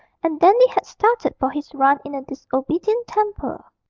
and dandy had started for his run in a disobedient temper.